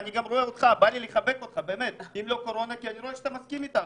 אלמלא הקורונה הייתי מחבק אותך כי אני רואה שאתה מסכים איתנו.